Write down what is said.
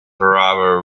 rather